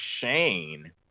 Shane